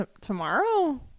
Tomorrow